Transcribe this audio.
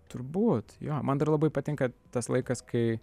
turbūt jo man dar labai patinka tas laikas kai